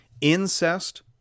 incest